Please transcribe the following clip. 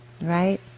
right